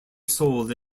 sold